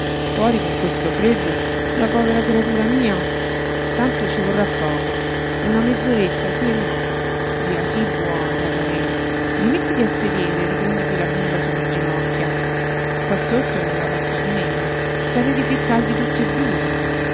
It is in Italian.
fuori con questo freddo la povera creatura mia tanto ci vorrà poco una mezz'oretta sí e no via sii buono papa-re rimettiti a sedere e riprenditi la bimba su le ginocchia qua sotto non la posso tenere starete piú caldi tutti e due